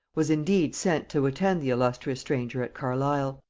was indeed sent to attend the illustrious stranger at carlisle,